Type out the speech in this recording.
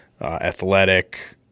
athletic